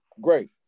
great